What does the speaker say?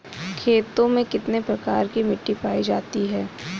खेतों में कितने प्रकार की मिटी पायी जाती हैं?